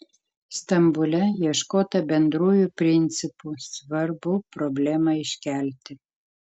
stambule ieškota bendrųjų principų svarbu problemą iškelti